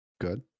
good